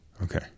Okay